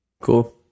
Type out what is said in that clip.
Cool